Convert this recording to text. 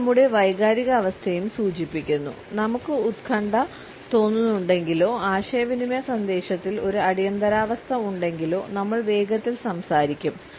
ഇത് നമ്മുടെ വൈകാരികാവസ്ഥയെയും സൂചിപ്പിക്കുന്നു നമുക്ക് ഉത്കണ്ഠ തോന്നുന്നുണ്ടെങ്കിലോ ആശയവിനിമയ സന്ദേശത്തിൽ ഒരു അടിയന്തിരാവസ്ഥ ഉണ്ടെങ്കിലോ നമ്മൾ വേഗത്തിൽ സംസാരിക്കും